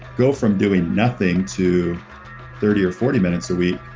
go from doing nothing to thirty or forty minutes a week,